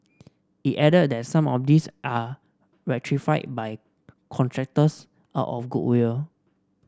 it added that some of these are rectified by contractors out of goodwill